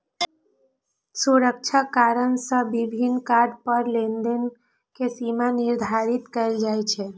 सुरक्षा कारण सं विभिन्न कार्ड पर लेनदेन के सीमा निर्धारित कैल जाइ छै